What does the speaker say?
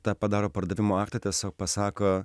tą padaro pardavimo aktą tiesiog pasako